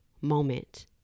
moment